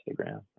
Instagram